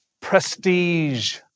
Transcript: prestige